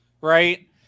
Right